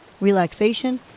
relaxation